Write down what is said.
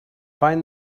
find